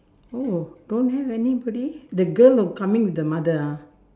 oh don't have anybody the girl coming with her mother ah